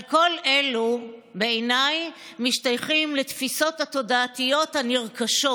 אבל כל אלו בעיניי משתייכים לתפיסות התודעתיות הנרכשות,